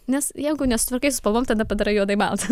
nes jeigu nesusitvarkai su spalvom tada padarai juodai balta